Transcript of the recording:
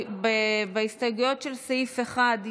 בהסתייגויות לסעיף 1,